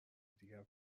همدیگر